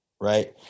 right